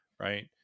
Right